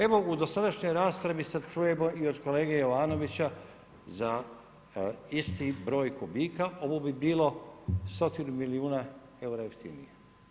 Evo u dosadašnjoj raspravi, sad čujemo i od kolege Jovanovića za isti broj kubika, ovo bi bilo stotinu milijuna eura jeftinije.